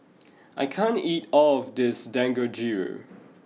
I can't eat all of this Dangojiru